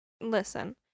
listen